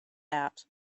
out